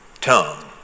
tongue